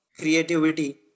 creativity